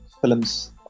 Films